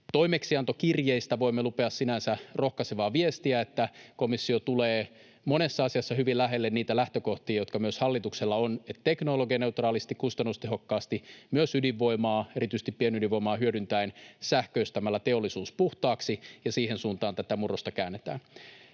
toimeksiantokirjeistä voimme lukea sinänsä rohkaisevaa viestiä, että komissio tulee monessa asiassa hyvin lähelle niitä lähtökohtia, joita myös hallituksella on: että teknologianeutraalisti, kustannustehokkaasti, myös ydinvoimaa, erityisesti pienydinvoimaa, hyödyntäen sähköistämällä teollisuus puhtaaksi, ja siihen suuntaan tätä murrosta käännetään.